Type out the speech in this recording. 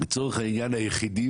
לצורך העניין,